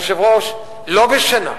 היושב-ראש, לא בשנה,